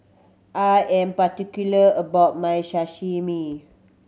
I am particular about my Sashimi